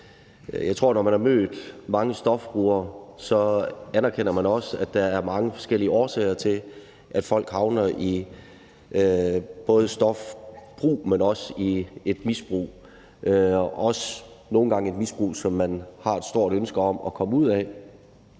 Jeg tror, at når man har mødt mange stofbrugere, anerkender man også, at der er mange forskellige årsager til, at folk havner i et stofbrug eller stofmisbrug og også nogle gange i et misbrug, som de har et stort ønske om at komme ud af.